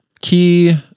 key